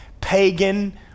pagan